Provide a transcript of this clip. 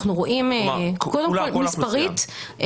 מספרית,